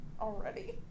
Already